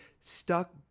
stuck